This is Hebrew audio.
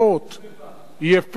יפה-נוף,